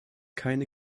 keine